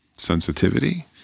sensitivity